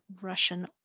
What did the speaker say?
Russian